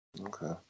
Okay